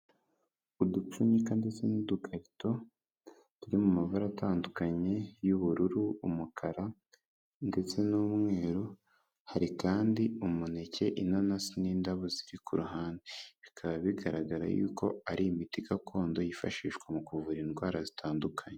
Udupfunyika ndetse n'udukarito turi mu mabara atandukanye y'ubururu, umukara, ndetse n'umweru. Hari kandi umuneke, inanasi, n'indabo ziri ku ruhande. Bikaba bigaragara y'uko ari imiti gakondo yifashishwa mu kuvura indwara zitandukanye.